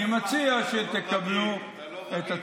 אני מציע שתקבלו את,